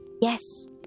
Yes